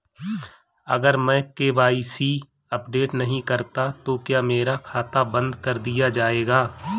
अगर मैं KYC update नहीं करता तो क्या मेरा खाता बंद कर दिया जाएगा?